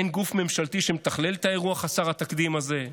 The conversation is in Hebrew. אין גוף ממשלתי שמתכנן את האירוע חסר התקדים הזה.